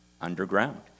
underground